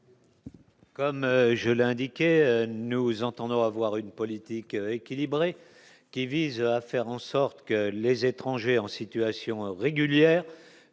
Comme je l'indiquais, nous entendrons, avoir une politique équilibrée qui vise à faire en sorte que les étrangers en situation régulière,